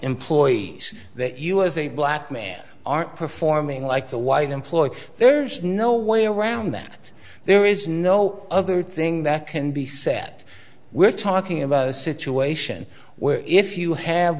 employees that you as a black man aren't performing like the white employee there's no way around that there is no other thing that can be set we're talking about a situation where if you have